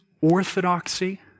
orthodoxy